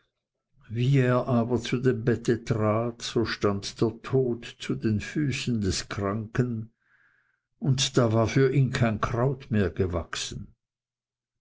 er aber zu dem bette trat so stand der tod zu den füßen des kranken und da war für ihn kein kraut mehr gewachsen